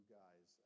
guys